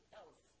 else